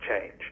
change